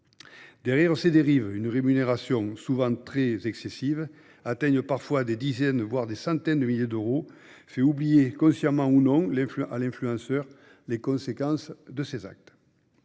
Derrière ces dérives, une rémunération, souvent excessive, atteignant parfois des dizaines, voire des centaines de milliers d'euros, fait oublier à l'influenceur, consciemment ou non, les conséquences de ses actes.